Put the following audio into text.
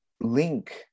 link